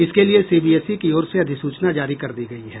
इसके लिए सीबीएसई की ओर से अधिसूचना जारी कर दी गयी है